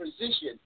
position